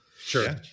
Sure